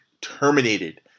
terminated